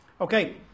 Okay